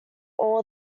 all